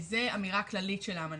זו אמירה כללית של האמנה.